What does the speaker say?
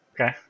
Okay